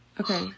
Okay